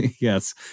yes